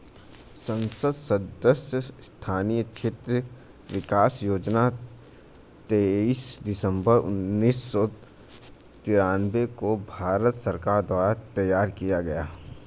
संसद सदस्य स्थानीय क्षेत्र विकास योजना तेईस दिसंबर उन्नीस सौ तिरान्बे को भारत सरकार द्वारा तैयार किया गया